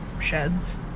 sheds